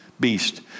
beast